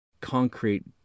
concrete